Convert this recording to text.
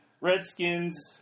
Redskins